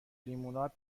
لیموناد